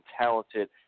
talented